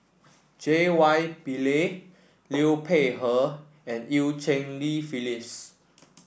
J Y Pillay Liu Peihe and Eu Cheng Li Phyllis